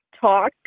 talk